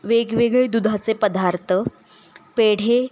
वेगवेगळे दुधाचे पदार्थ पेढे